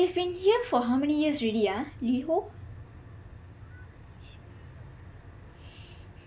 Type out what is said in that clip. they've been here for how many years already